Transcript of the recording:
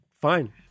fine